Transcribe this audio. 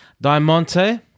diamante